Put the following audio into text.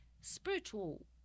spiritual